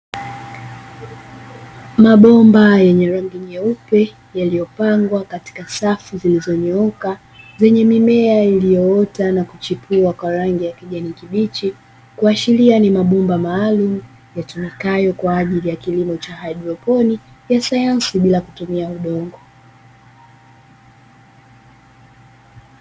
Mabomba yenye rangi nyeupe yaliyopangwa katika safu zilizonyooka zenye mimea iliyoota na kuchipua kwa rangi ya kijani kibichi, kuashiria ni mabomba maalumu yatumikayo kwa ajili ya kilimo cha haidroponi ya sayansi bila kutumia udongo.